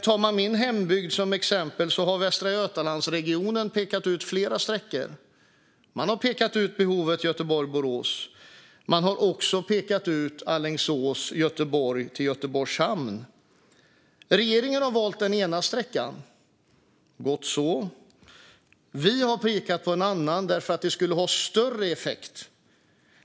Tar man min hembygd som exempel har Västra Götalandsregionen pekat ut flera sträckor. Man har pekat ut behovet Göteborg-Borås. Man har också pekat ut Alingsås-Göteborg-Göteborgs hamn. Regeringen har valt den ena sträckan. Gott så. Vi har pekat på en annan därför att det skulle ha större effekt.